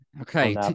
Okay